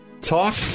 Talk